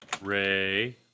Ray